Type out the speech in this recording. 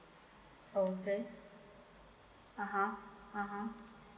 orh okay (uh huh) (uh huh)